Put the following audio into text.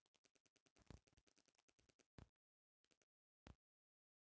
बरखा के महिना में घोंघा खूब होखेल सन